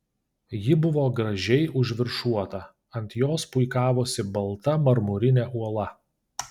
ji buvo gražiai užviršuota ant jos puikavosi balta marmurinė uola